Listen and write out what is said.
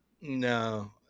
No